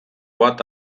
bat